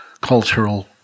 cultural